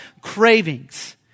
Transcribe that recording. cravings